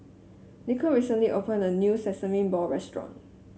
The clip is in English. Nico recently opened a new sesame ball restaurant